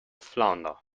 flounder